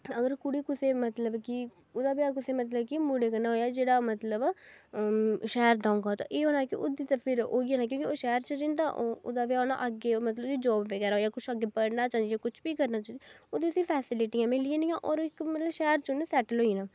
अगर कुड़ी कुसै मतलब कि ओह्दा ब्याह् मतलब कि कुसै मुड़े कन्नै होया जेह्ड़ा मतलब शैह्र दा होगा ते एह् होना कि ओह्दे तरफा फिर ओह् होई जाना कि शैह्र च रौहंदा ओह्दा ब्याह् होना अग्गें मतलब जाॅब बगैरा कुछ अग्गें पढ़ना जां कुछ बी करना ओह्दे ताहीं फैसिलिटियां मिली जानियां होर इक मतलब शैह्र च उ'नें सेटल होई जाना